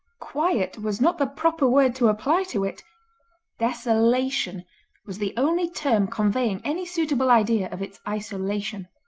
quiet was not the proper word to apply to it desolation was the only term conveying any suitable idea of its isolation.